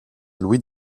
louis